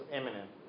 imminent